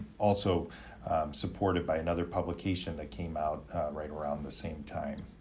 also supported by another publication that came out right around the same time.